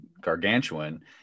gargantuan